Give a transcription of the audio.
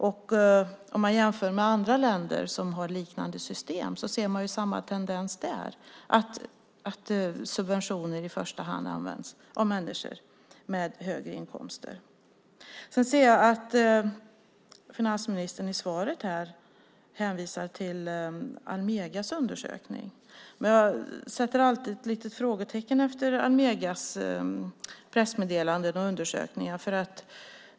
Om man jämför med andra länder som har liknande system ser man samma tendens där, att subventioner i första hand används av människor med högre inkomster. Jag ser att finansministern i svaret hänvisar till Almegas undersökning. Jag sätter alltid ett litet frågetecken efter Almegas pressmeddelanden och undersökningar.